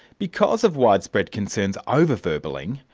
because of widespread concerns over verballing,